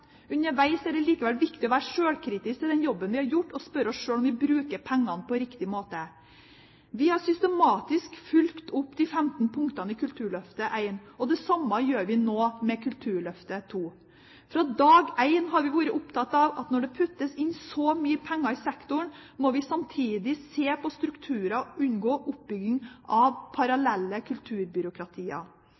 Underveis er det likevel viktig å være sjølkritisk til den jobben vi har gjort, og spørre oss sjøl om vi bruker pengene på riktig måte. Vi har systematisk fulgt opp de 15 punktene i Kulturløftet I, og det samme gjør vi nå med Kulturløftet II. Fra dag én har vi vært opptatt av at når det puttes inn så mye penger i sektoren, må vi samtidig se på strukturer og unngå oppbygging av parallelle kulturbyråkratier.